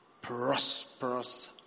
prosperous